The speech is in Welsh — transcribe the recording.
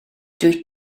dwyt